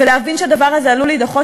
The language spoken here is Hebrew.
ולהבין שהדבר הזה עלול להידחות.